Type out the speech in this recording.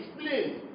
explain